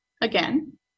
again